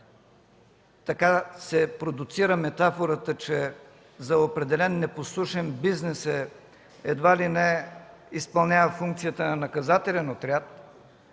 защо се продуцира метафората, че за определен непослушен бизнес едва ли не изпълнявала функцията на наказателен отряд,